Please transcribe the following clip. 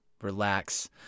relax